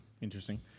Interesting